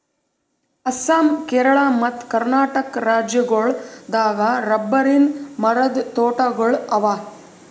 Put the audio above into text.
ಅಸ್ಸಾಂ ಕೇರಳ ಮತ್ತ್ ಕರ್ನಾಟಕ್ ರಾಜ್ಯಗೋಳ್ ದಾಗ್ ರಬ್ಬರಿನ್ ಮರದ್ ತೋಟಗೋಳ್ ಅವಾ